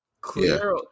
clear